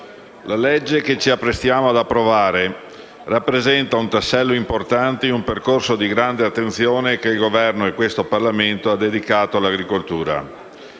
di legge che ci apprestiamo ad approvare rappresenta un tassello importante in un percorso di grande attenzione che il Governo e questo Parlamento hanno dedicato all'agricoltura.